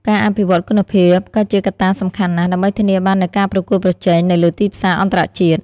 ការអភិវឌ្ឍគុណភាពក៏ជាកត្តាសំខាន់ណាស់ ដើម្បីធានាបាននូវការប្រកួតប្រជែងនៅលើទីផ្សារអន្តរជាតិ។